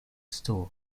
store